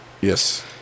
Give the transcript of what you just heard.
Yes